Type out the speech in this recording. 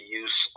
use